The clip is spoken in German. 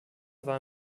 war